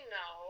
no